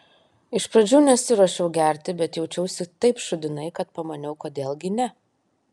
iš pradžių nesiruošiau gerti bet jaučiausi taip šūdinai kad pamaniau kodėl gi ne